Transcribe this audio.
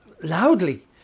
loudly